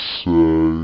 say